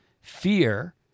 fear